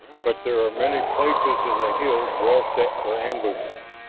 but there are many places in the hills well set for ambushes,